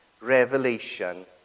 revelation